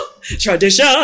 tradition